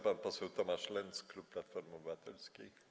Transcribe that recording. Pan poseł Tomasz Lenz, klub Platformy Obywatelskiej.